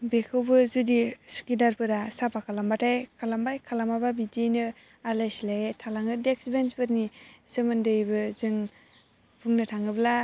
बिखौबो जुदि सुखिदारफोरा साफा खालामबाथाय खालामबाय खालामाबा बिदियैनो आलाय सिलायै थालाङो डेक्स बेन्सफोरनि सोमोन्दैबो जों बुंनो थाङोब्ला